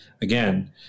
again